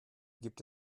gibt